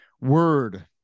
word